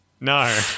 No